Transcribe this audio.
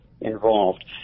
involved